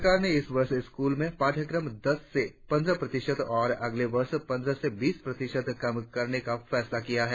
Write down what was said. सरकार ने इस वर्ष स्कूलों में पाठ्यक्रम दस से पंद्रह प्रतिशत और अगले वर्ष पंद्रह से बीस प्रतिशत कम करने का फैसला किया है